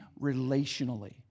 relationally